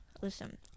listen